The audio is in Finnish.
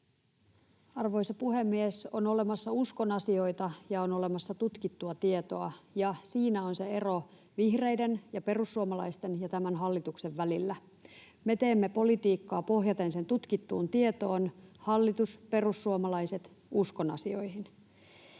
Arvoisa puhemies! On olemassa uskonasioita ja on olemassa tutkittua tietoa, ja siinä on se ero vihreiden ja perussuomalaisten ja tämän hallituksen välillä. Me teemme politiikkaa pohjaten sen tutkittuun tietoon, hallitus, perussuomalaiset uskonasioihin.